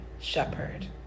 shepherd